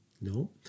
No